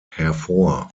hervor